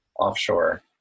offshore